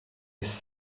jest